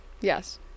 Yes